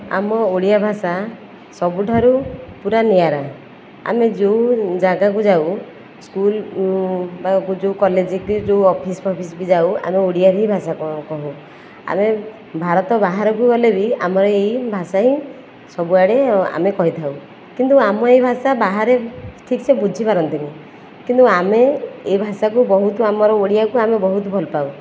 ଆମ ଓଡ଼ିଆ ଭାଷା ସବୁଠାରୁ ପୁରା ନିଆରା ଆମେ ଯେଉଁ ଜାଗାକୁ ଯାଉ ସ୍କୁଲ ଯେଉଁ କଲେଜ କି ଯେଉଁ ଅଫିସ ଫଫିସ ବି ଯାଉ ଆମେ ଓଡ଼ିଆ ହି ଭାଷା କହୁ ଆମେ ଭାରତ ବାହାରକୁ ଗଲେବି ଆମର ଏଇ ଭାଷା ହିଁ ସବୁ ଆଡ଼େ ଆମେ କହିଥାଉ କିନ୍ତୁ ଆମ ଏଇ ଭାଷା ବାହାରେ ଠିକ ସେ ବୁଝିପାରନ୍ତିନି କିନ୍ତୁ ଆମେ ଏଭାଷାକୁ ବହୁତ ଆମର ଓଡ଼ିଆକୁ ଆମେ ବହୁତ ଭଲ ପାଉ